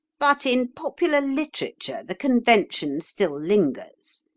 but in popular literature the convention still lingers.